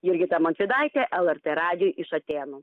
jurgita montvydaitė lrt radijui iš atėnų